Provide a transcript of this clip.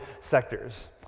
sectors